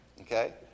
okay